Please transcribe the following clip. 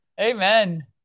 Amen